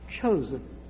chosen